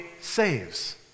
saves